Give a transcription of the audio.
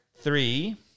three